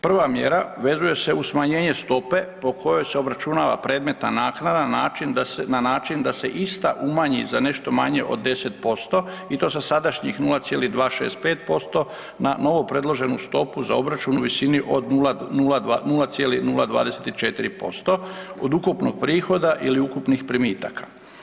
Prva mjera vezuje se uz smanjenje stope po kojoj se obračunava predmetna naknada na način da se ista umanji za nešto manje od 10% i to sa sadašnjih 0,265% na novo predloženu stopu za obračun u visini od 0,024% od ukupnog prihoda ili ukupnih primitaka.